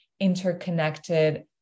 interconnected